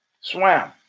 swam